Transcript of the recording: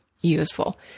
useful